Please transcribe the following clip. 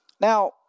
Now